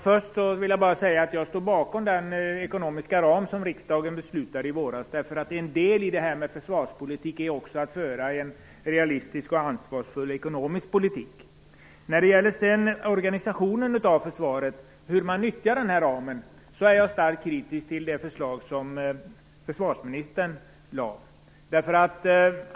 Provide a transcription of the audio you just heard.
Herr talman! Jag står bakom den ekonomiska ram som riksdagen beslutade i våras. En del av försvarspolitiken är ju också att föra en realistisk och ansvarsfull ekonomisk politik. När det gäller organisationen av försvaret och hur den här ramen nyttjas är jag starkt kritisk till det förslag som försvarsministern lagt fram.